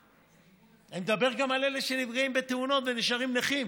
אני מדבר גם על אלה שנפגעים בתאונות ונשארים נכים.